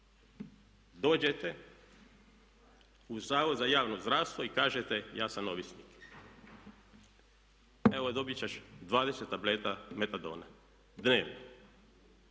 Dođete u Zavod za javno zdravstvo i kažete ja sam ovisnik. Evo dobit ćeš 20 tableta metadona dnevno.